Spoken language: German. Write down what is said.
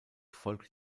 folgte